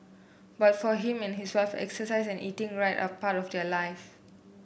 but for him and his wife exercise and eating right are part of their life